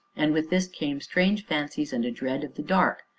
and with this came strange fancies and a dread of the dark.